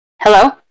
Hello